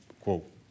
quote